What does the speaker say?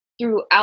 throughout